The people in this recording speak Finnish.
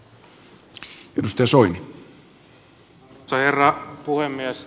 arvoisa herra puhemies